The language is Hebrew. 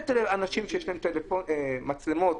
אנשים שיש להם מצלמות.